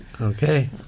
Okay